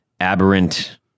aberrant